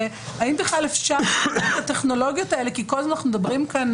האם בכלל אפשר לנוון את הטכנולוגיות האלה כל הזמן אנחנו מדברים כאן,